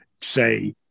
say